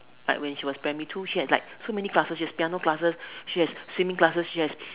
like when she was primary two she has like so many classes she has piano classes she has swimming classes she has